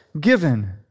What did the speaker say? given